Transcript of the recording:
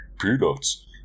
Peanuts